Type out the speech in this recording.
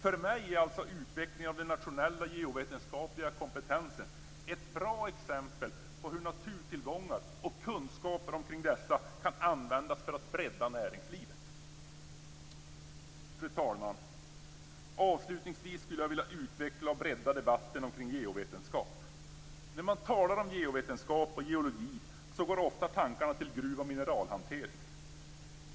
För mig är alltså utvecklingen av den nationella geovetenskapliga kompetensen ett bra exempel på hur naturtillgångar och kunskaper om dessa kan användas för att bredda näringslivet. Fru talman! Avslutningsvis skulle jag vilja utveckla och bredda debatten omkring geovetenskap. När man talar om geovetenskap och geologi går ofta tankarna till gruv och mineralhantering.